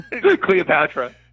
Cleopatra